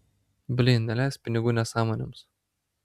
blyn neleisk pinigų nesąmonėms